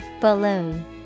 Balloon